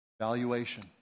valuation